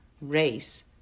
race